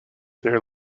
there